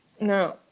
No